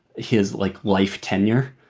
his, like, life tenure.